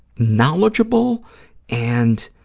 knowledgeable and